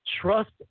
trust